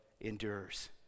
endures